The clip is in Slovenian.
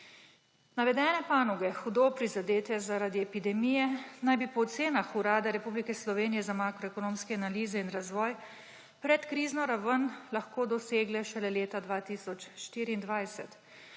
Navedene panoge, hudo prizadete zaradi epidemije, naj bi po ocenah Urada Republike Slovenije za makroekonomske analize in razvoj predkrizno raven lahko dosegle šele leta 2024.